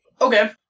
Okay